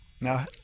Now